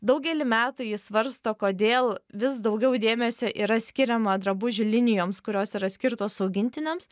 daugelį metų ji svarsto kodėl vis daugiau dėmesio yra skiriama drabužių linijoms kurios yra skirtos augintiniams